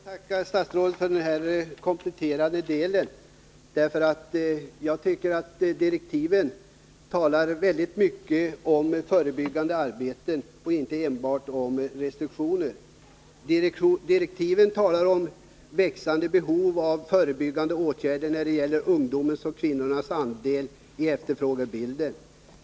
Herr talman! Jag får tacka statsrådet för den här kompletterande delen. I direktiven talas det väldigt mycket om förebyggande arbete och inte enbart om restriktioner. I direktiven talas det om växande behov av förebyggande åtgärder när det gäller ungdomens och kvinnornas andel i efterfrågebilden.